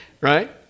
Right